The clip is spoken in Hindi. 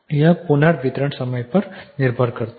यह पुनर्वितरण के समय पर भी निर्भर करता है